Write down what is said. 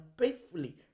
painfully